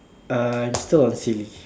uh still on silly